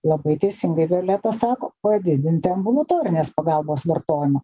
labai teisingai violeta sako padidinti ambulatorinės pagalbos vartojimą